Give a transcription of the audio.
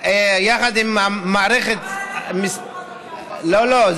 עם המערכת, לא, לא.